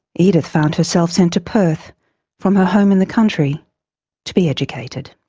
edith found herself sent to perth from her home in the country to be educated.